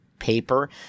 paper